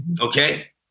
okay